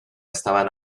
estaban